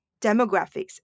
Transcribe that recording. Demographics